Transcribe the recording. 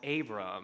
Abram